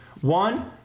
one